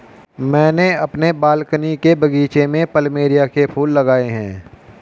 मैंने अपने बालकनी के बगीचे में प्लमेरिया के फूल लगाए हैं